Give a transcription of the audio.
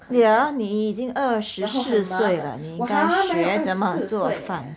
yeah 你已经二十四岁了你应该学怎么做饭